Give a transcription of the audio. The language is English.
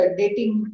dating